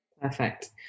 Perfect